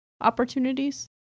opportunities